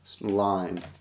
line